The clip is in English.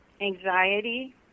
anxiety